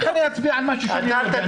איך אני אצביע על משהו שאני לא יודע?